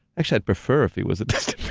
actually, i'd prefer if he was a distant